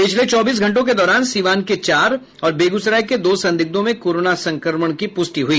पिछले चौबीस घंटों के दौरान सीवान के चार और बेगूसराय के दो संदिग्धों में कोरोना संक्रमण की प्रष्टि हुई